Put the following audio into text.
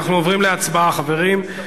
אנחנו עוברים להצבעה, חברים.